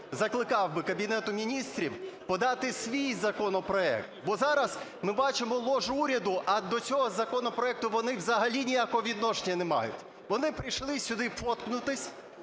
закликав би Кабінет Міністрів подати свій законопроект, бо зараз ми бачимо ложу уряду, а до цього законопроекту вони взагалі ніякого відношення не мають. Вони прийшли сюди фоткнутись.